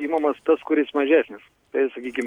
imamas tas kuris mažesnis tai sakykim